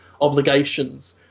obligations